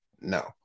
no